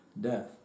death